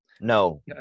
No